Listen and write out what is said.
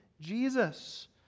Jesus